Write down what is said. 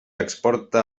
exporta